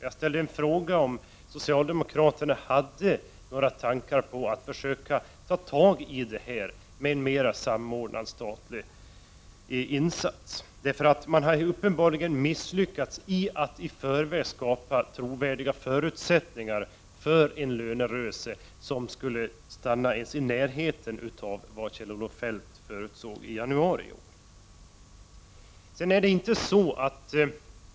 Jag ställde en fråga för att få veta om socialdemokraterna hade några tankar på att försöka ta tag i detta med en mera samordnad statlig insats. Uppenbarligen har man misslyckats med att i förväg skapa trovärdiga förutsättningar för en lönerörelse som skulle stanna ens i närheten av vad Kjell-Olof Feldt förutsåg i januari i år.